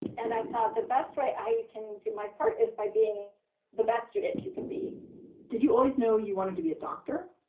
and i thought the best way i can do my part is by being the best student you can be did you always know you wanted to be a doctor?